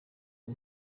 ngo